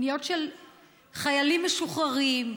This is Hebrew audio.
פניות של חיילים משוחררים,